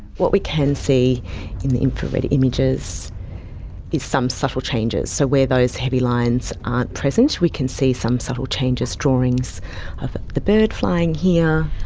what we can see in the infra-red images is some subtle changes. so where those heavy lines aren't present we can see some subtle changes, drawings of the bird flying here.